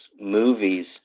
movies